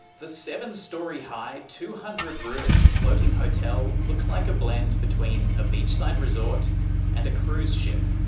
the seven-storey high, two hundred room, floating hotel looks like a blend between a beachside resort and a cruise ship,